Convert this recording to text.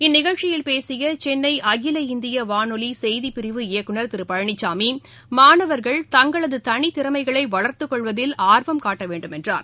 இந்நிகழ்ச்சியில் பேசிய சென்னை அகில இந்திய வானொலி செய்திப் பிரிவு இயக்குனர் திரு பழனிசாமி மாணவர்கள் தங்களது தனித் திறமைகளை வளர்த்துக் கொள்வதில் ஆர்வம் காட்ட வேண்டும் என்றார்